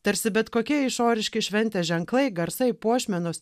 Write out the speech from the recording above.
tarsi bet kokie išoriški šventės ženklai garsai puošmenos